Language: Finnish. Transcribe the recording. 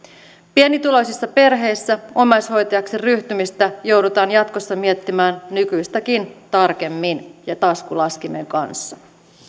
pienituloisissa perheissä omaishoitajaksi ryhtymistä joudutaan jatkossa miettimään nykyistäkin tarkemmin ja taskulaskimen kanssa